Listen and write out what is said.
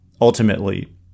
ultimately